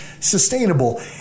Sustainable